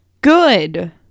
Good